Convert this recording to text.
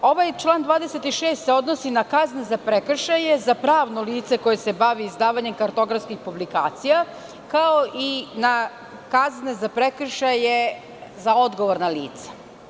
Ovaj član 26. se odnosi na kazne za prekršaje, za pravno lice koje se bavi izdavanjem kartografskih publikacija, kao i na kazne za prekršaje za odgovorna lica.